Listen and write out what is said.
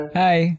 hi